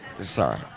Sorry